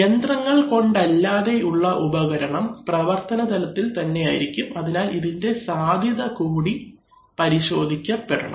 യന്ത്രങ്ങൾകൊണ്ടല്ലാതെ ഉള്ള ഉപകരണം പ്രവർത്തന തലത്തിൽ തന്നെ ആയിരിക്കും അതിനാൽ ഇതിന്റെ സാധ്യത കൂടി പരിശോധിക്കപ്പെടണം